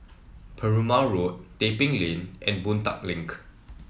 Perumal Road Tebing Lane and Boon Tat Link